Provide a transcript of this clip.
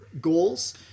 goals